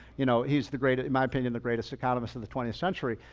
you know he's the greatest, in my opinion, the greatest economist of the twentieth century.